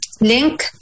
link